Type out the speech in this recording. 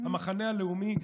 המחנה הלאומי,